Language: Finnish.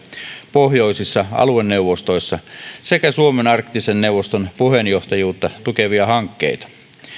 pohjoisissa alueneuvostoissa sekä suomen arktisen neuvoston puheenjohtajuutta tukevia hankkeita